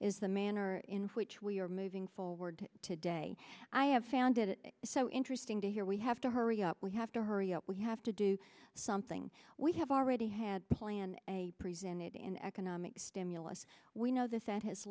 is the manner in which we are moving forward today i have found it so interesting here we have to hurry up we have to hurry up we have to do something we have already had planned a presented an economic stimulus we know this that has